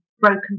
Broken